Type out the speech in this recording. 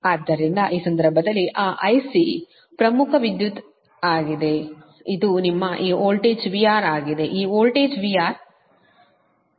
ಆದ್ದರಿಂದ ಈ ಸಂದರ್ಭದಲ್ಲಿ ಆ IC ಪ್ರಮುಖ ವಿದ್ಯುತ್ ಆಗಿದೆ ಇದು ನಿಮ್ಮ ಈ ವೋಲ್ಟೇಜ್ VR ಆಗಿದೆ ಈ ವೋಲ್ಟೇಜ್ VR ಆಗಿದೆ